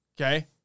okay